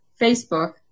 Facebook